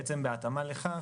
בהתאמה לכך,